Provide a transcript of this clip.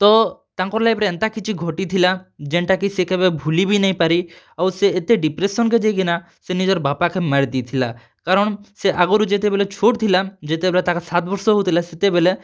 ତ ତାଙ୍କର୍ ଲାଇଫ୍ରେ ଏନ୍ତା କିଛି ଘଟିଥିଲା ଯେନ୍ଟାକି ସେ କେବେ ଭୁଲି ବି ନାଇଁ ପାରି ଆଉ ସେ ଏତେ ଡ଼ିପ୍ରେସନ୍କେ ଯାଇକିନା ସେ ନିଜର୍ ବାପାକେ ମାରି ଦେଇଥିଲା କାରଣ୍ ସେ ଆଗ୍ରୁ ଯେତେବେଲେ ଛୋଟ୍ ଥିଲା ଯେତେବେଲେ ତାକେ ସାତ୍ ବର୍ଷ ହେଉଥିଲା ସେତେବେଲେ